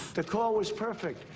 the call was perfect.